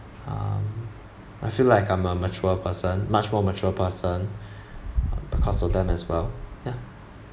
um I feel like I'm a mature person much more mature person because of them as well ya